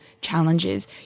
challenges